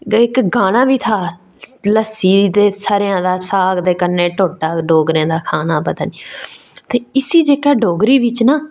ते इक गाना बी था कि लस्सी ते स'रेआं दा साग ते कन्नै ढोड्डा डोगरें दा खाना पता नेईं इसी जेह्का डोगरी बिच ना